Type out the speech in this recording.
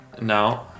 no